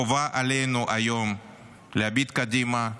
היום חובה עלינו להביט קדימה,